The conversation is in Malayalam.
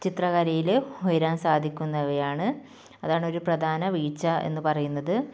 ചിത്രകലയിൽ ഉയരാൻ സാധിക്കുന്നവയാണ് അതാണ് ഒരു പ്രധാന വീഴ്ച എന്ന് പറയുന്നത്